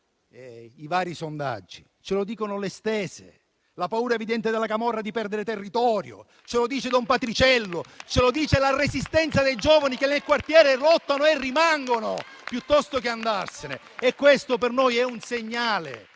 i vari sondaggi; ce lo dicono le "stese", la paura evidente della camorra di perdere territorio, don Patriciello e la resistenza dei giovani, che nel quartiere lottano e rimangono piuttosto che andarsene e questo per noi è un segnale